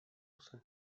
jsem